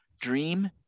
Dream